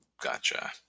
gotcha